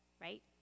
right